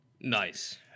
Nice